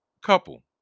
couple